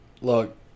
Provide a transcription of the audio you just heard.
Look